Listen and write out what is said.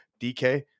DK